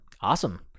Awesome